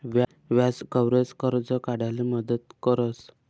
व्याज कव्हरेज, कर्ज काढाले मदत करस